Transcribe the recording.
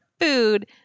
food